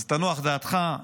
אז תנוח דעתך.